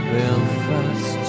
Belfast